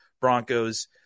Broncos